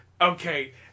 okay